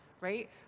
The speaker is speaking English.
right